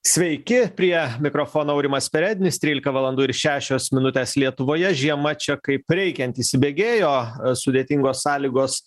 sveiki prie mikrofono aurimas perednis trylika valandų ir šešios minutės lietuvoje žiema čia kaip reikiant įsibėgėjo sudėtingos sąlygos